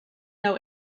know